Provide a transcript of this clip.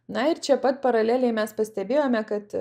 na ir čia pat paraleliai mes pastebėjome kad